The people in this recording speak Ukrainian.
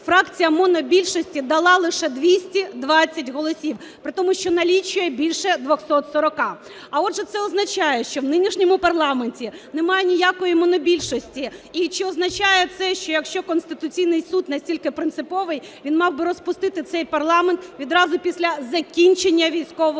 фракція монобільшості дала лише 220 голосів, при тому, що налічує більше 240. А отже, це означає, що в нинішньому парламенті нема ніякої монобільшості. І чи означає це, що якщо Конституційний Суд настільки принциповий – він мав би розпустити цей парламент відразу після закінчення військового,